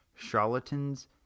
charlatans